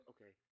Okay